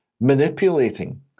manipulating